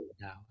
now